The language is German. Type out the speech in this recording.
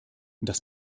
das